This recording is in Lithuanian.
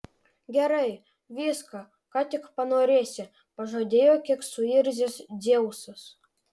gerai viską ką tik panorėsi pažadėjo kiek suirzęs dzeusas